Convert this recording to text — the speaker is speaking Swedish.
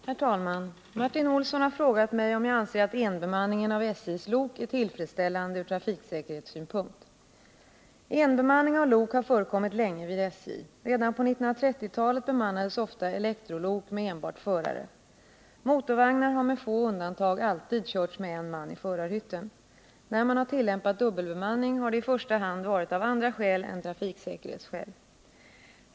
Herr talman! Martin Olsson har frågat mig om jag anser att enbemanningen av SJ:s lok är tillfredsställande ur trafiksäkerhetssynpunkt. Enbemanning av lok har förekommit länge vid SJ. Redan på 1930-talet bemannades ofta elektrolok med enbart förare. Motorvagnar har med få undantag alltid körts med en man i förarhytten. När man har tillämpat dubbelbemanning har det i första hand varit av andra skäl än trafiksäkerhetsskäl.